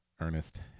Ernest